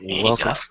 Welcome